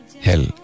hell